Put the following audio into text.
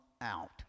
out